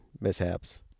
mishaps